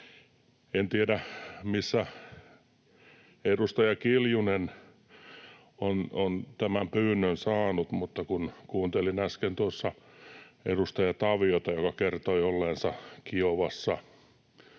En tiedä, missä edustaja Kiljunen on tämän pyynnön saanut, mutta kun kuuntelin äsken tuossa edustaja Taviota, joka kertoi olleensa Kiovassa